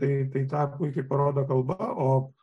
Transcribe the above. tai tą puikiai parodo kalba o